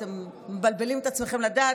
אתם מבלבלים את עצמכם לדעת.